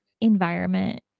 environment